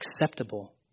acceptable